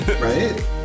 Right